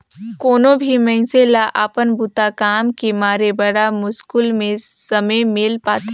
कोनो भी मइनसे ल अपन बूता काम के मारे बड़ा मुस्कुल में समे मिल पाथें